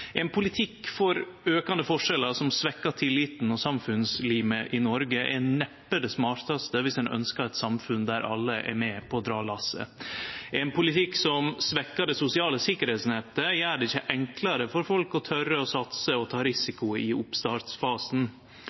Ein politikk for aukande forskjellar som svekkjer tilliten og samfunnslimet i Noreg, er neppe det smartaste viss ein ønskjer eit samfunn der alle er med på å dra lasset. Ein politikk som svekkjer det sosiale sikkerheitsnettet, gjer det ikkje enklare for folk å tore å satse og ta risiko i oppstartsfasen.